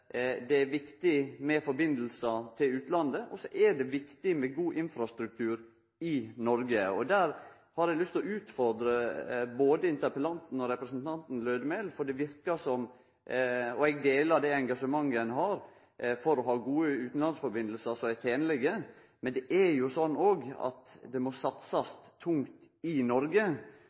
er det viktig med samband til utlandet, og så er det viktig med god infrastruktur i Noreg. I den samanhengen har eg lyst til å utfordre både interpellanten og representanten Lødemel. Eg deler det engasjementet ein har for å ha gode utanlandssamband som er tenlege, men det er òg slik at det må satsast tungt i Noreg